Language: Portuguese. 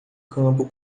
campo